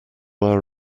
our